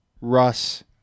Russ